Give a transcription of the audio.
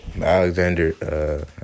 Alexander